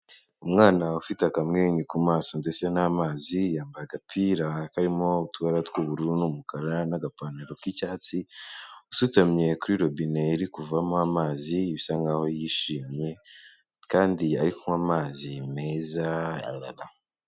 Umwana ufite akamwenge ku maso ndetse n'amazi, yamba agapira karimo utubara tw'ubururu n'umukara n'agapantaro k'icyatsi usutamye kuri robine iri kuvamo amazi bisa nk'aho yishimye kandi ari kunywa amazi meza.